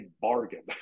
bargain